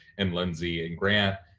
and lindsay, and grant,